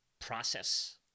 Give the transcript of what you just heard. process